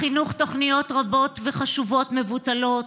בחינוך תוכניות רבות וחשובות מבוטלות,